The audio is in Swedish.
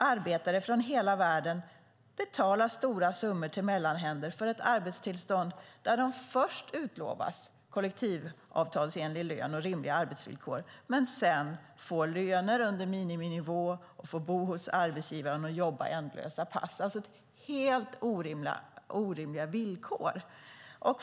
Arbetare från hela världen betalar stora summor till mellanhänder för ett arbetstillstånd och utlovas först kollektivavtalsenlig lön och rimliga arbetsvillkor men får sedan löner under miniminivå, får bo hos arbetsgivaren och får jobba ändlösa pass. Det är helt orimliga villkor.